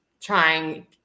trying